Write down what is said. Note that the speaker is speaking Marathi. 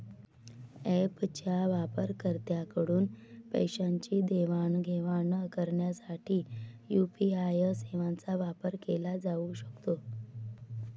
ऍपच्या वापरकर्त्यांकडून पैशांची देवाणघेवाण करण्यासाठी यू.पी.आय सेवांचा वापर केला जाऊ शकतो